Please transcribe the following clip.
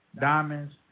diamonds